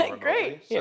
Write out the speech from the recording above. Great